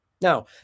Now